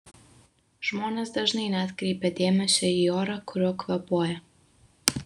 žmonės dažnai neatkreipia dėmesio į orą kuriuo kvėpuoja